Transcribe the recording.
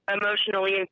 Emotionally